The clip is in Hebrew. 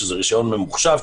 שזה רישיון ממוחשב,